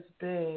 big